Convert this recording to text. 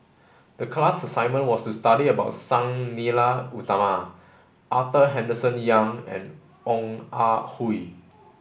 the class assignment was to study about Sang Nila Utama Arthur Henderson Young and Ong Ah Hoi